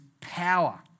power